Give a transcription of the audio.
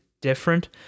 different